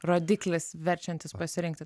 rodiklis verčiantis pasirinkti